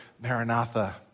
Maranatha